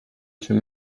چون